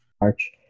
March